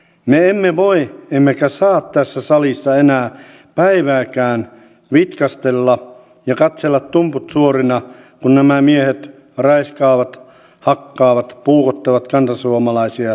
me emme voi emmekä saa tässä salissa enää päivääkään vitkastella ja katsella tumput suorina kun nämä miehet raiskaavat hakkaavat puukottavat kantasuomalaisia ja toisiaan